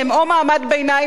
או מעמד ביניים נמוך.